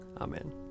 Amen